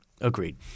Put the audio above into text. Agreed